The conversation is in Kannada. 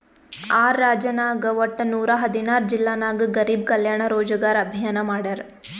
ಆರ್ ರಾಜ್ಯನಾಗ್ ವಟ್ಟ ನೂರಾ ಹದಿನಾರ್ ಜಿಲ್ಲಾ ನಾಗ್ ಗರಿಬ್ ಕಲ್ಯಾಣ ರೋಜಗಾರ್ ಅಭಿಯಾನ್ ಮಾಡ್ಯಾರ್